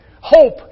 Hope